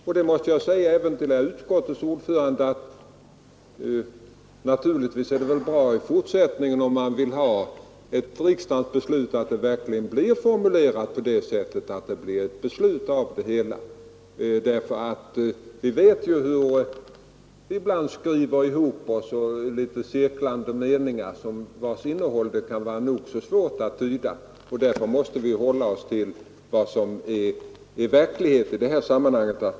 Jag måste säga även till utskottets ordförande att det naturligtvis är bra om man i fortsättningen vill ha ett riksdagens beslut att formuleringen verkligen blir sådan att ett sådant beslut kan komma till stånd. Vi vet ju hur man ibland i utskotten skriver ihop sig och hur meningarna kan vara litet cirklande, vilkas innehåll det kan vara nog så svårt att tyda. Därför måste vi hålla oss till vad som är verklighet i detta sammanhang.